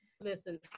listen